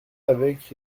avec